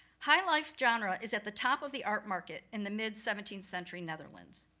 high life genre is at the top of the art market in the mid seventeenth century, netherlands.